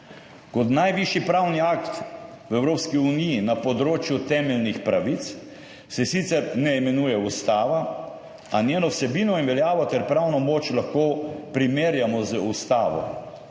Kot najvišji pravni akt v Evropski uniji na področju temeljnih pravic se sicer ne imenuje ustava, a njeno vsebino in veljavo ter pravno moč lahko primerjamo z ustavo.